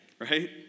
right